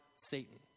satan